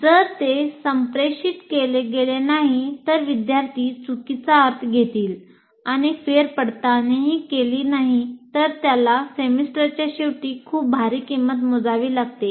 जर ते संप्रेषित केले गेले नाही जर विद्यार्थी चुकीचा अर्थ घेतील आणि फेर पडताळणीही केली नाही तर त्याला सेमेस्टरच्या शेवटी खूप भारी किंमत मोजावी लागते